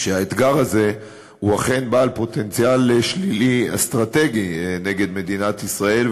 שהאתגר הזה הוא אכן בעל פוטנציאל שלילי אסטרטגי נגד מדינת ישראל,